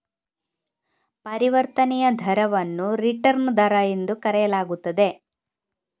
ಪರಿವರ್ತನೆಯ ಫಲಿತಾಂಶವನ್ನು ರಿಟರ್ನ್ ದರ ಎಂದು ಕರೆಯಲಾಗುತ್ತದೆ